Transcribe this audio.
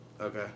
Okay